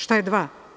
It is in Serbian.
Šta je „Dva“